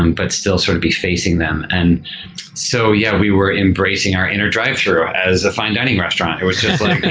and but still sort of be facing them. and so yeah we were embracing embracing our inner drive-through as a fine dining restaurant. it was just like,